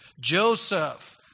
Joseph